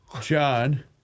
John